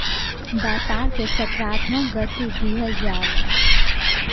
व्यापार के सकारात्मक गति दिहल जाला